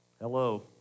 hello